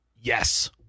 Yes